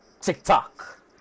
TikTok